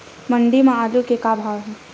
मंडी म आलू के का भाव हे?